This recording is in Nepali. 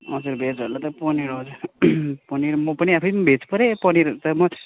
हजुर भेजहरूलाई चाहिँ पनिर हजुर म पनि आफै भेज परेँ पनिर त म